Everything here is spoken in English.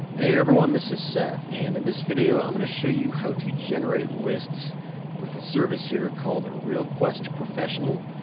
hey everyone, this is seth. and in this video, i'm gonna show you how to generate lists with a service here called ah realquest professional,